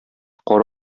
кар